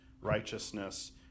righteousness